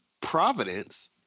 Providence